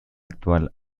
actual